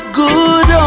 good